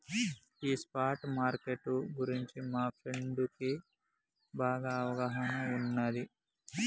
ఈ spot market గురించి మా ఫ్రెండుకి బాగా అవగాహన ఉన్నాది